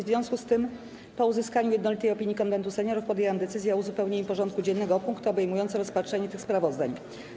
W związku z tym, po uzyskaniu jednolitej opinii Konwentu Seniorów, podjęłam decyzję o uzupełnieniu porządku dziennego o punkty obejmujące rozpatrzenie tych sprawozdań.